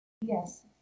Yes